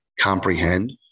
comprehend